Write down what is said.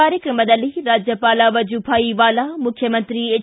ಕಾರ್ಯಕ್ರಮದಲ್ಲಿ ರಾಜ್ಯಪಾಲ ವಜೂಭಾಯ್ ವಾಲಾ ಮುಖ್ಯಮಂತ್ರಿ ಎಚ್